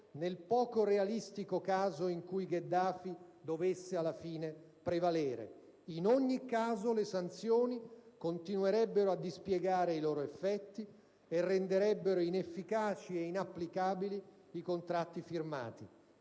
nel poco realistico caso in cui Gheddafi dovesse, alla fine, prevalere. In ogni caso le sanzioni continuerebbero a dispiegare i loro effetti e renderebbero inefficaci e inapplicabili i contratti firmati.